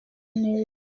neza